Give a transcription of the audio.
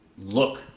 look